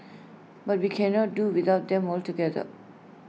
but we cannot do without them altogether